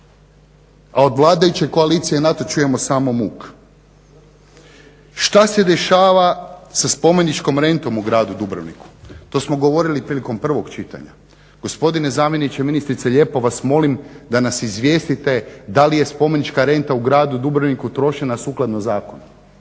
A od vladajuće koalicije na to čujemo samo muk. Šta se dešava sa spomeničkom rentom u gradu Dubrovniku? To smo govorili prilikom prvog čitanja. Gospodine zamjeniče ministrice lijepo vas molim da nas izvijestite da li je spomenička renta u gradu Dubrovniku trošena sukladno zakonu.